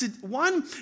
one